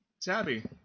Tabby